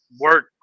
work